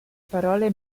parole